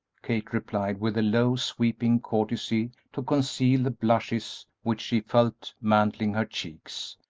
kate replied, with a low, sweeping courtesy to conceal the blushes which she felt mantling her cheeks,